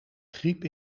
griep